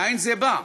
מאין זה בא?